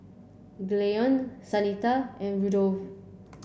Gaylon Shanita and Rudolfo